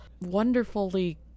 wonderfully